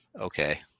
okay